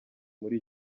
muri